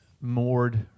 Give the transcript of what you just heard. moored